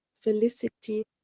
felicity,